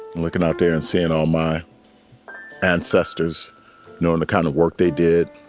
i'm looking out there and seeing all my ancestors knowing the kind of work they did.